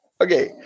Okay